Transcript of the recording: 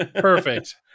Perfect